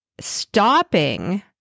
stopping